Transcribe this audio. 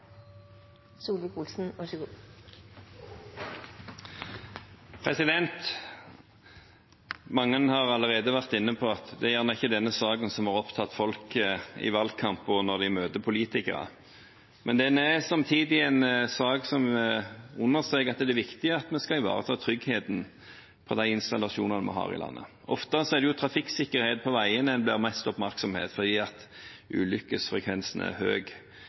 denne saken som har opptatt folk i valgkamp og når de møter politikere, men det er samtidig en sak som understreker at det er viktig at vi skal ivareta tryggheten på de installasjonene vi har i landet. Ofte er det trafikksikkerhet på veiene som får mest oppmerksomhet, fordi ulykkesfrekvensen er